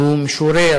שהוא משורר